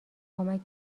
کمک